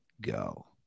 go